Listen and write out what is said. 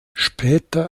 später